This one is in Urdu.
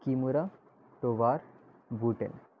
کیمورہ ٹووار بوٹین